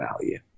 value